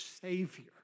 Savior